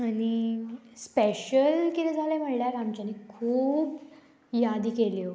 आनी स्पेशल कितें जालें म्हणल्यार आमच्यानी खूब यादी केल्यो